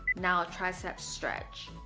now a tricep stretch